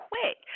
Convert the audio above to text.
quick